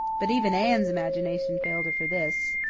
but even anne's imagination failed her for this.